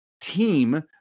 team